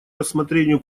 рассмотрению